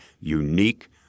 unique